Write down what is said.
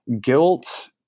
guilt